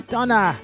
Donna